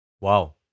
Wow